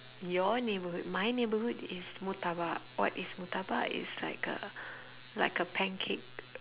your neighborhood my neighborhood is murtabak what is murtabak it's like a like a pancake